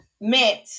Meant